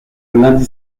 lundi